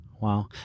Wow